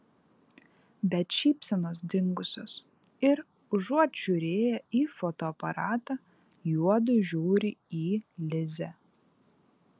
bet šypsenos dingusios ir užuot žiūrėję į fotoaparatą juodu žiūri į lizę